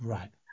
Right